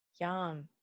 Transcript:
Yum